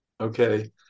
Okay